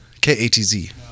K-A-T-Z